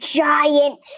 giant